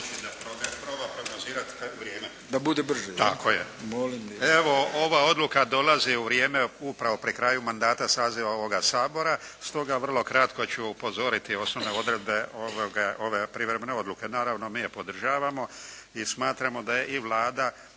Da bude brže